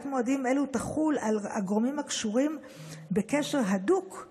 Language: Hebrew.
שבתקופה הזאת יש שוני בין הצרכים של קבוצות האוכלוסייה